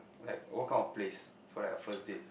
like what kind of place for like first date